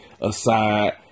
aside